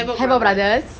havoc brothers